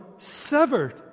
severed